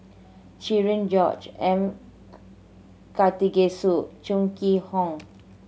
Cherian George M Karthigesu Chong Kee Hiong